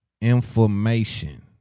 information